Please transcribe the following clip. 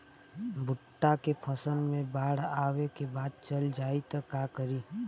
भुट्टा के फसल मे बाढ़ आवा के बाद चल जाई त का करी?